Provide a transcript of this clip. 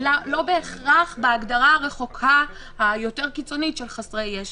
לא בהכרח בהגדרה הרחוקה היותר-קיצונית של חסרי ישע.